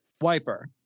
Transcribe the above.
wiper